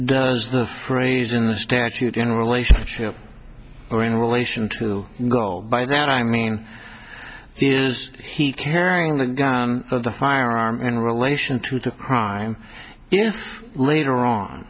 does the phrase in the statute in relationship or in relation to go by that i mean is he carrying the gun and the firearm in relation to the crime if later on